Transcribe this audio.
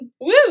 woo